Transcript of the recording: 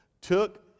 took